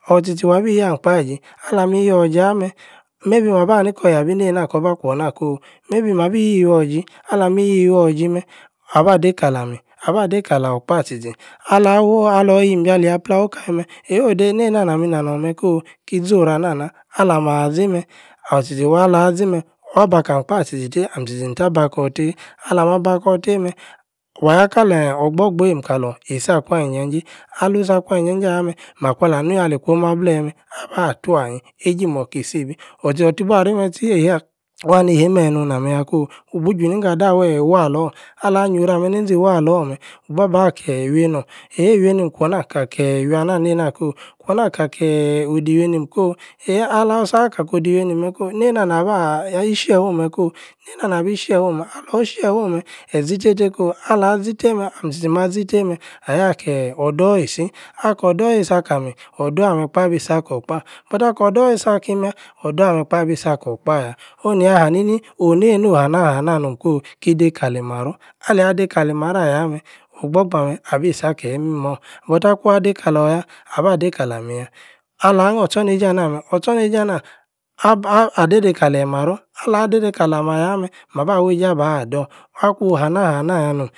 or-tchi-tchi. wabi yahm-kpah iji alah-mi-yorji ah-meh. maybe waba-ni-kor-yabi neina-kor-bah-kwor-nah-kooh. maybe mah-bi yiwuor iji. ala-mi-e-yiwuior-iji-meh. abah-dei-kalami. abah-dei-kalami. abah-dei kalor-kpah tchi-tchi. alah-woor-alor-yiḿ-ji-alia-pleh awukameh-meh. eihei. odei neīna. na-mī na-norn meh-koh!! ki-ȝi ora-nah-naah. alama-ȝi-meh. awor-tchi-tchi alaaah-ȝi-meh. waba-kam-kpah tchi-tchi teiii ahm-tchi-tchi metah-bakor teiii. alama-bakor tei meh-wayah-kaleh ogborgbeim-kalor isakwah inja-jeí alun-sakwa inja-jie ah-meh. makwa-lanuyah. ni-kwom ableyi-meh. abatuanyi. eiji-moka isibi awor-tchi-tchi ti-bua rei-meh-tchiii-eihie wanei-hei meh-meh nu-nah-meh-yah koh. wubu-ju-ningo adah weeeh e-wallor. allah-yior-rameh neī-ȝi wallor-meh wubua-ba-keeh iwieinor. eihei. iwieinim kwor-na-kakeeh iwi-anah-neina koh. kwor-na kakeeeh odei iwieinim koh. eihei-alor-sa ka-ko-odey iwieinim-meh koh. neina naba-aaah e-share-orn-meh kor. neina-nabi share orn-meh. alor-share-oh-meh. eyi-ȝi tei-tei koh alah-ȝi-tei-meh. ahm tchi-tchi ma-ȝi tei meh ayah-keeh-odoor-isi akor-door isi-akami. odoor ameh-kpah. ah-bi-si-ah-kor-kpah. but akor-door isi-akami-yah. odoor ameh-kpah abi. sa-kor-kpah-yah. onu-nia-hanini. ooh-neinoh hana-hana no'm koh. ki-dei kali-maror. aleyi-ada-kali-maror ayah-meh. ogborgbah-ameh abi-si-akeyi-imimor but-akwuan deī-kalor-yah. aba-dei-kalami-yah. alah hnor-or-tchor-neije-ana-meh. or-tchor-neije-anah. ab adei-dei kale-maror. alah-dei-dei kalem-ayah-meh. maba-wuei-jei abah-dor. akun-oh-hana-hana yah-no'm